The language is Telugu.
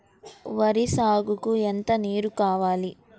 వరి సాగుకు ఎంత నీరు కావాలి?